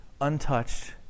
untouched